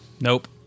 Nope